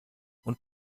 und